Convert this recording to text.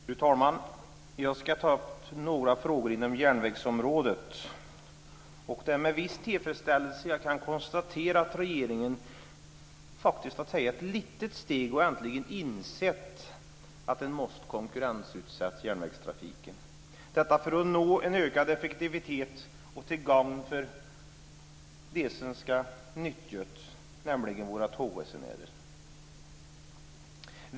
Fru talman! Jag ska ta upp några frågor inom järnvägsområdet. Det är med viss tillfredsställelse jag kan konstatera att regeringen faktiskt tagit ett litet steg och äntligen insett att man måste konkurrensutsätta järnvägstrafiken för att nå en ökad effektivitet till gagn för dem som ska nyttja den, nämligen våra tågresenärer.